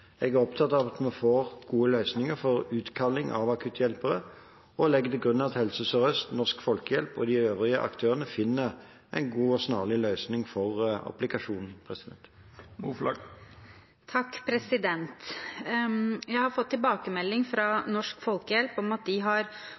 Jeg er opptatt av at vi får gode løsninger for utkalling av akutthjelpere, og legger til grunn at Helse Sør-Øst, Norsk Folkehjelp og de øvrige aktørene finner en god og snarlig løsning for applikasjonen. Jeg har fått tilbakemelding fra Norsk Folkehjelp om at de har